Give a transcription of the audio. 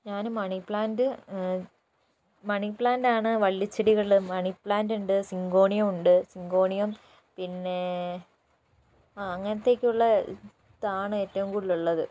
ഞാൻ money plant money plant ആണ് വള്ളിച്ചെടികളിൽ മണിപ്ലാൻ്റ് ഉണ്ട് സിങ്കോണിയം ഉണ്ട് സിങ്കോണിയം പിന്നേ ആ അങ്ങനത്തെയൊക്കെ ഉള്ള ഇതാണ് ഏറ്റവും കൂടുതൽ ഉള്ളത്